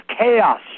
chaos